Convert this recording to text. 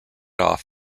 off